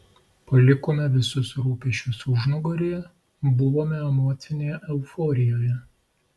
palikome visus rūpesčius užnugaryje buvome emocinėje euforijoje